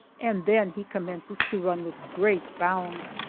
and then he commences to run with great bounds,